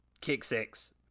kick-six